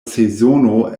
sezono